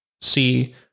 see